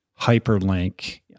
hyperlink